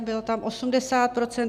Bylo tam 80 %.